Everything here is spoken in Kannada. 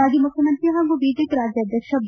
ಮಾಜಿ ಮುಖ್ಯಮಂತ್ರಿ ಹಾಗೂ ಬಿಜೆಪಿ ರಾಜ್ಕಾಧ್ವಕ್ಷ ಬಿ